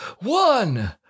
one